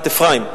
אפרים,